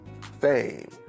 fame